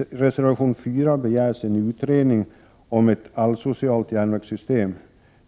I reservation 4 begärs en utredning om ett alleuropeiskt järnvägssystem.